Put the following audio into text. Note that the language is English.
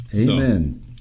Amen